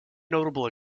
notable